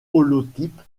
holotype